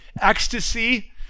ecstasy